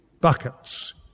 buckets